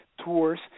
tours